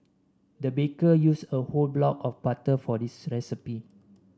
the baker used a whole block of butter for this recipe